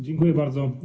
Dziękuję bardzo.